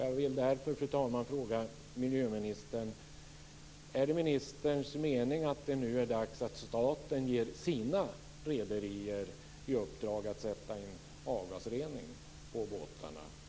Jag vill därför, fru talman, fråga miljöministern: Är det ministerns mening att det nu är dags att staten ger sina rederier i uppdrag att sätta in avgasrening på båtarna?